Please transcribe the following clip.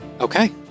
okay